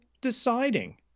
deciding